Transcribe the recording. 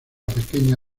pequeña